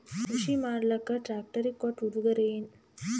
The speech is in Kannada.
ಕೃಷಿ ಮಾಡಲಾಕ ಟ್ರಾಕ್ಟರಿ ಕೊಟ್ಟ ಉಡುಗೊರೆಯೇನ?